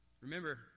Remember